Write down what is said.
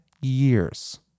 years